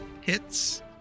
hits